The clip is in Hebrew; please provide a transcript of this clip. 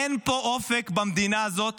אין פה אופק במדינה הזאת